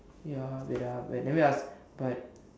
ya wait ah wait let me ask but